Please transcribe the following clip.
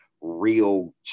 real